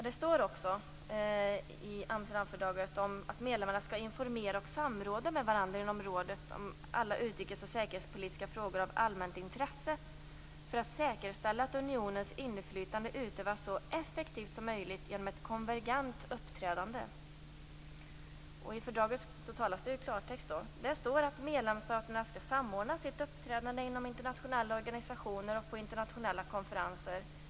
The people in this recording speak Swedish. Det står också i Amsterdamfördraget att medlemmarna skall informera och samråda med varandra inom rådet om alla utrikes och säkerhetspolitiska frågor av allmänt intresse för att säkerställa att unionens inflytande utövas så effektivt som möjligt genom ett konvergent uppträdande. I fördraget talas det klartext. Där står att medlemsstaterna skall samordna sitt uppträdande inom internationella organisationer och på internationella konferenser.